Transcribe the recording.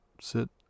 sit